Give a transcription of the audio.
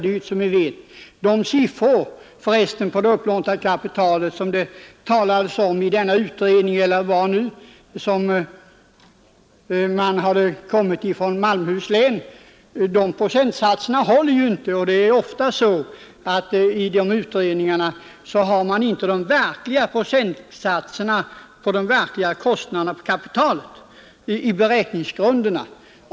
De siffror på det upplånade kapitalet som det talas om i utredningen från Malmöhus län håller inte. Det är ofta så att man i de utredningarna inte har de riktiga procentsatserna på de verkliga kostnaderna på kapitalet i beräkningsgrunderna.